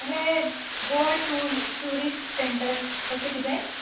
हें Goa tour tourist centre कशें कितें